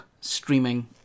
streaming